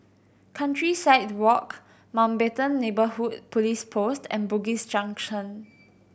Countryside Walk Mountbatten Neighbourhood Police Post and Bugis Junction